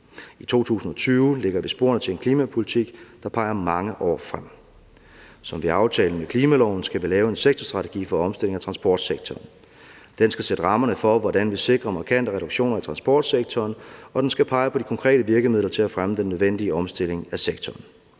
I 2020 lægger vi sporene til en klimapolitik, der peger mange år frem. Som ved aftalen med klimaloven skal vi lave en sektorstrategi for omstilling af transportsektoren. Den skal sætte rammerne for, hvordan vi sikrer markante reduktioner i transportsektoren, og den skal pege på de konkrete virkemidler til at fremme den nødvendige omstilling af sektoren.